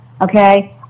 okay